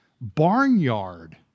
barnyard